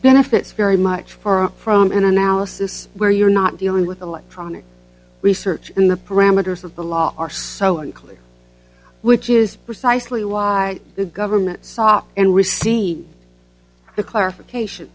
benefits very much from an analysis where you're not dealing with electronic research in the parameters of the law are so unclear which is precisely why the government saw and received the clarification